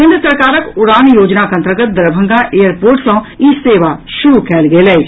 केन्द्र सरकारक उड़ान योजनाक अन्तर्गत दरभंगा एयर पोर्ट सँ ई सेवा शुरू कयल गेल अछि